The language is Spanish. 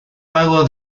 pago